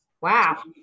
Wow